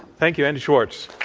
thank you, andy schwartz.